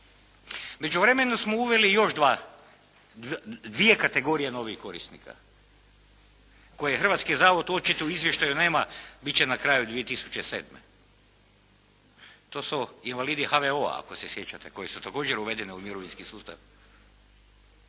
međuvremenu smo uveli još dvije kategorije novih korisnika koje Hrvatski zavod očito u izvještaju nema, bit će na kraju 2007. To su invalidi HVO-a ako se sjećate, koji su također uvedeni u mirovinski sustav